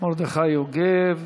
מרדכי יוגב.